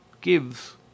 gives